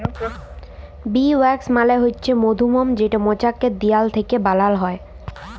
bee wax মালে হছে মধুমম যেটা মচাকের দিয়াল থ্যাইকে বালাল হ্যয়